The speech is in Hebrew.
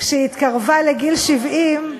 כשהיא התקרבה לגיל 70,